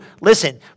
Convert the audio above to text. Listen